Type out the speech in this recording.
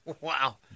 Wow